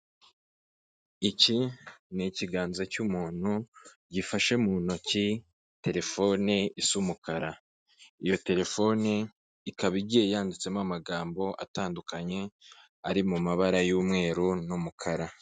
Iki ni ikiganza cy'umuntu gifashe mu ntoki telefone isa umukara iyo telefoni ikaba igiye yanditsemo amagambo atandukanye ari mu mabara y'umweru n'umukara.